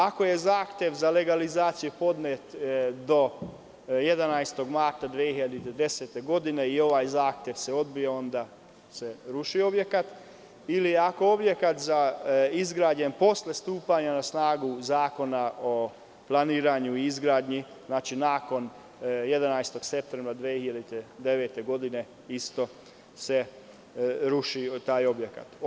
Ako je zahtev za legalizaciju podnet do 11. marta 2010. godine i ovaj zahtev se odbio, onda se ruši objekat, ili ako je objekat izgrađen posle stupanja na snagu Zakona o planiranju i izgradnji, znači, nakon 11. septembra 2009. godine, isto se taj objekat ruši.